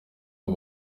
abo